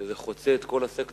וזה חוצה את כל הסקטורים,